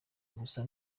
gusa